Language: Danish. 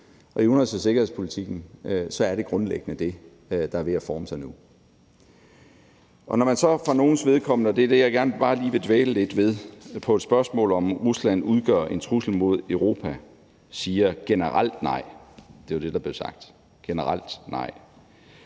i udenrigs- og sikkerhedspolitikken er det grundlæggende det, der er ved at forme sig nu. Og når man så for nogles vedkommende, og det er bare det, jeg gerne lige vil dvæle lidt ved, på et spørgsmål, om Rusland udgør en trussel mod Europa, svarer, at generelt nej – det var det, der blev sagt, altså